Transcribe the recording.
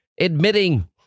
admitting